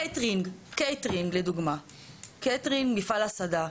קייטרינג, מפעל הסעדה.